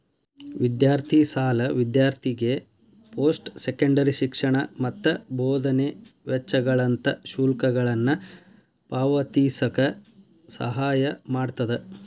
ವಿದ್ಯಾರ್ಥಿ ಸಾಲ ವಿದ್ಯಾರ್ಥಿಗೆ ಪೋಸ್ಟ್ ಸೆಕೆಂಡರಿ ಶಿಕ್ಷಣ ಮತ್ತ ಬೋಧನೆ ವೆಚ್ಚಗಳಂತ ಶುಲ್ಕಗಳನ್ನ ಪಾವತಿಸಕ ಸಹಾಯ ಮಾಡ್ತದ